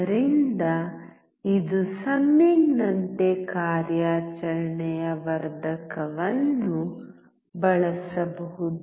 ಆದ್ದರಿಂದ ಇದು ಸಮ್ಮಿಂಗ್ ನಂತೆ ಕಾರ್ಯಾಚರಣೆಯ ವರ್ಧಕವನ್ನು ಬಳಸುವುದು